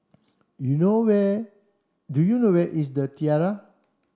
you know where do you know where is The Tiara